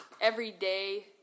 everyday